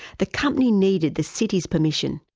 the company needed the city's permission.